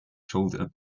shoulder